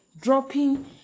dropping